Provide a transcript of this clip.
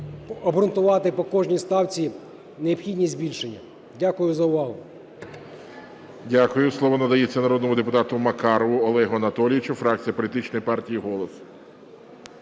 обґрунтувати по кожній ставці необхідні збільшення. Дякую за увагу.